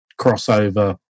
crossover